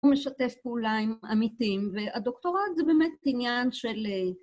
ומשתף פעולה עם עמיתים, והדוקטורט זה באמת עניין של...